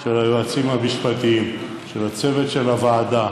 של היועצים המשפטיים, הצוות של הוועדה,